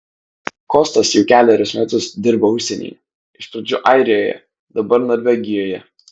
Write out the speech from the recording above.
kostas jau kelerius metus dirba užsienyje iš pradžių airijoje dabar norvegijoje